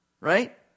Right